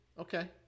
Okay